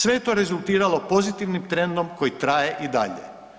Sve to je rezultiralo pozitivnim trendom koji traje i dalje.